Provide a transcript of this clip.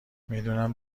میدونم